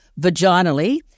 vaginally